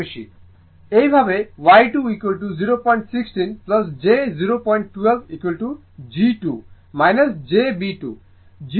সুতরাং একইভাবে এর অর্থ Y 1 এখান থেকে আসছে Y 100 6 008 এর জন্য j 0 g 1তারপর 006 b 1008